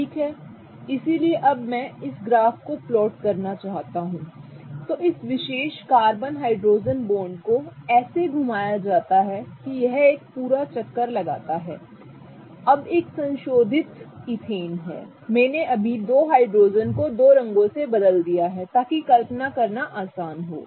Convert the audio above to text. ठीक है इसलिए अब अगर मैं ग्राफ को प्लॉट करना चाहता हूं तो इस विशेष कार्बन हाइड्रोजन बॉन्ड को ऐसे घुमाया जाता है कि यह एक पूरा चक्कर लगाता है ठीक है अब यह एक संशोधित ईथेन है मैंने अभी दो हाइड्रोजन को दो रंगों से बदल दिया है ताकि कल्पना करना आसान हो